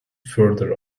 further